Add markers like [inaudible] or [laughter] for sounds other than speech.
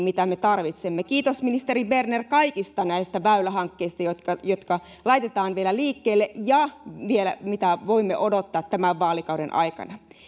[unintelligible] mitä me tarvitsemme kiitos ministeri berner kaikista näistä väylähankkeista jotka jotka laitetaan vielä liikkeelle ja joita vielä voimme odottaa tämän vaalikauden aikana